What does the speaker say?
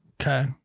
Okay